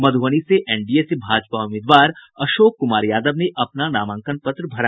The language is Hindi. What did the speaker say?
मधुबनी से एनडीए से भाजपा उम्मीदवार अशोक कुमार यादव ने अपना नामांकन पत्र भरा